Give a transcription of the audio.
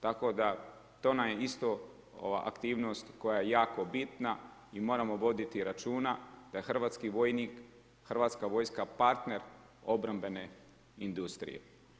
Tako da, to nam je isto aktivnost koja je jako bitna i moramo voditi računa da hrvatski vojnik, Hrvatska vojska, partner, obrambene industrije.